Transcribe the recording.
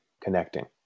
connecting